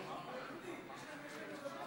אנחנו מצביעים.